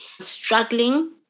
struggling